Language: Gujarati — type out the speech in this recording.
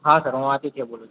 હાં સર હું આદિત્ય બોલું છું